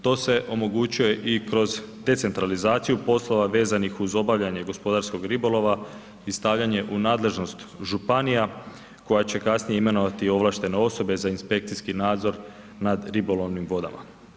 To se omogućuje i kroz decentralizaciju poslova vezanih uz obavljanje gospodarskog ribolova i stavljanje u nadležnost županija koja će kasnije imenovati ovlaštene osobe za inspekcijski nadzor nad ribolovnim vodama.